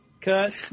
Cut